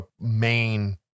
main